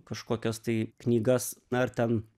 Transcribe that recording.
kažkokias tai knygas na ir ten